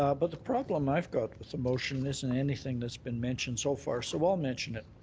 ah but the problem i've got with the motion isn't anything that's been mentioned so far, so i'll mention it.